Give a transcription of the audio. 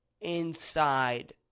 inside